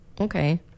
Okay